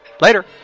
later